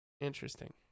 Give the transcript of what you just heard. Interesting